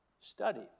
Study